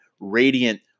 radiant